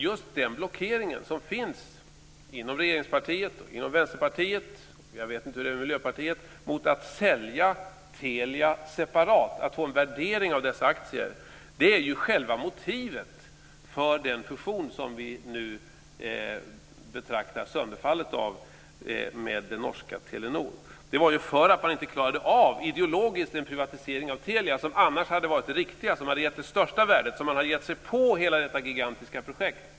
Just den blockering som finns inom regeringspartiet och Vänsterpartiet - jag vet inte hur det är i Miljöpartiet - mot att sälja Telia separat och få en värdering av dessa aktier är själva motivet till den fusion med det norska Telenor som vi nu betraktar sönderfallet av. Det var ju därför att man inte ideologiskt klarade av en privatisering av Telia, som annars hade varit det riktiga och som hade gett det största värdet, som man har gett sig på detta gigantiska projekt.